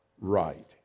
right